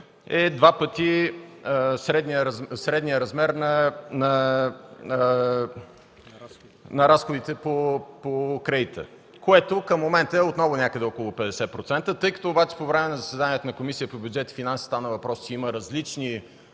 е два пъти средният размер на разходите по кредита, което към момента е отново някъде около 50%. Тъй като обаче по време на заседанието на Комисията по бюджет и финанси стана въпрос, че има различни